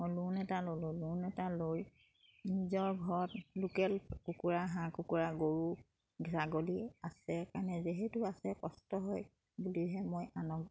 মই লোন এটা ল'লোঁ লোন এটা লৈ নিজৰ ঘৰত লোকেল কুকুৰা হাঁহ কুকুৰা গৰু ছাগলী আছে কাৰণে যিহেতু আছে কষ্ট হয় বুলিহে মই আনক